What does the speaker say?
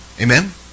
Amen